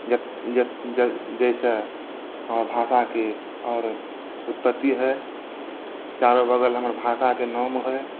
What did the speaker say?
जाहिसँ हमरा भाषाके आओर उत्पति होइ चारो बगल हमर भाषाके नाम होइ